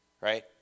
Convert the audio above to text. right